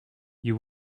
you